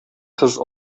кыз